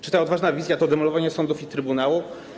Czy ta odważna wizja to demolowanie sądów i trybunału?